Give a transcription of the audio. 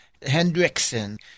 Hendrickson